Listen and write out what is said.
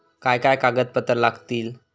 काय काय कागदपत्रा लागतील?